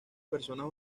personas